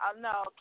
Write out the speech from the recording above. No